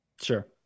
Sure